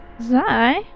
Zai